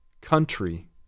Country